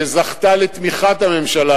שזכתה לתמיכת הממשלה,